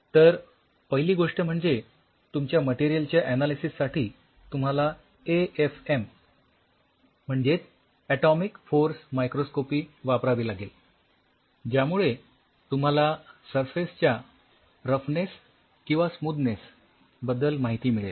तर पहिली गोष्ट म्हणजे तुमच्या मटेरियल च्या अनालिसिस साठी तुम्हाला ए एफ एम म्हणजेच ऍटोमिक फोर्स मायक्रोस्कोपी वापरावी लागेल ज्यामुळे तुम्हाला सरफेस च्या रफनेस किंवा स्मूथनेस बद्दल माहिती मिळेल